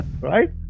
Right